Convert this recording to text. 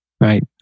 right